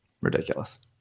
Ridiculous